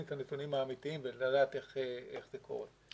את הנתונים האמיתיים ולדעת איך לקרוא את זה.